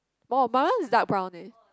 oh my one is dark brown eh